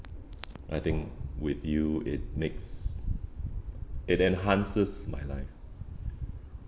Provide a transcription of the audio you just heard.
I think with you it makes it enhances my life